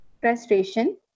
frustration